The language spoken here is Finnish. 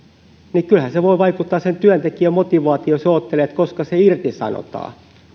kyllähän se voi vaikuttaa sen työntekijän motivaatioon jos hän odottelee koska hänet irtisanotaan